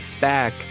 back